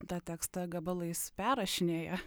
tą tekstą gabalais perrašinėja